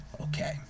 okay